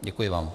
Děkuji vám.